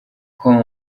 com